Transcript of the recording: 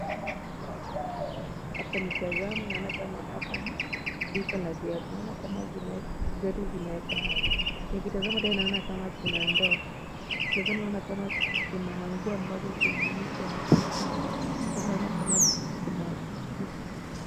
Hapa nikitazama naona kama hapa ni duka ya viatu. Naona kama viatu zinaekwa. Nikitazama tena naona kuna ndoo. Nikitazama naona kuna manguo zimeanikwa hapo juu.